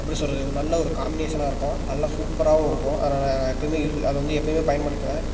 எப்படி சொல்கிறது ஒரு நல்ல ஒரு காம்பினேஷனாக இருக்கும் நல்லா சூப்பராகவும் இருக்கும் அதை நான் நான் எப்பயுமே யூஸு அதை வந்து எப்பயுமே பயன்படுத்துவேன்